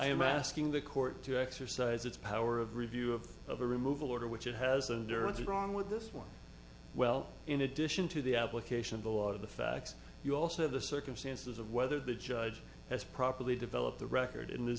i am asking the court to exercise its power of review of of a removal order which it has a dirty wrong with this one well in addition to the application of a lot of the facts you also have the circumstances of whether the judge has properly developed the record in